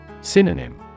Synonym